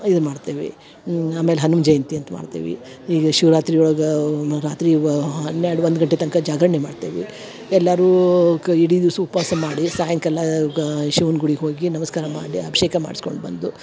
ಇದನ್ನ ಮಾಡ್ತೇವೆ ಆಮೇಲೆ ಹನುಮ ಜಯಂತಿ ಅಂತ ಮಾಡ್ತೀವಿ ಈಗ ಶಿವರಾತ್ರಿ ಒಳಗೆ ಮ ರಾತ್ರಿ ವ ಹನ್ನೆರಡು ಒಂದು ಗಂಟೆ ತನಕ ಜಾಗರಣಿ ಮಾಡ್ತೇವೆ ಎಲ್ಲಾರೂ ಕ ಇಡಿ ದಿವ್ಸ ಉಪವಾಸ ಮಾಡಿ ಸಾಯಂಕಾಲ ಗ ಶಿವ್ನ ಗುಡಿಗೆ ಹೋಗಿ ನಮಸ್ಕಾರ ಮಾಡೇ ಅಭಿಷೇಕ ಮಾಡ್ಸ್ಕೊಂಡು ಬಂದು